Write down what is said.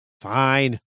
fine